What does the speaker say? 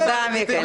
תודה, מיכאל.